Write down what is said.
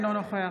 אינו נוכח